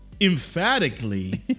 emphatically